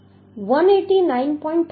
તેથી 189